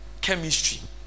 chemistry